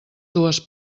dues